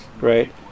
right